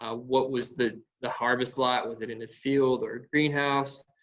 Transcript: ah what was the the harvest lot? was it in field or greenhouse?